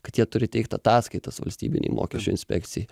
kad jie turi teikt ataskaitas valstybinei mokesčių inspekcijai